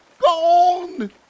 Gone